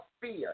fear